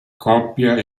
coppia